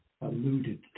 alluded